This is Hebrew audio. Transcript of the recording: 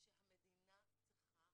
שהמדינה צריכה